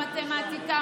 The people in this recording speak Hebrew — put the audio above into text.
המתמטיקה,